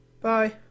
Bye